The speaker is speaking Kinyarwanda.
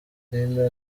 film